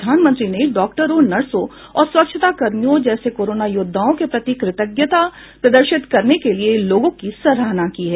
प्रधानमंत्री ने डॉक्टरों नर्सों और स्वच्छता कर्मियों जैसे कोरोना योद्वाओं के प्रति कृतज्ञता प्रदर्शित करने के लिए लोगों की सराहना की है